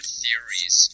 theories